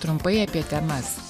trumpai apie temas